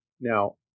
now